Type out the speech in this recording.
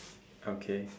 okay